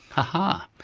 aha.